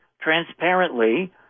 transparently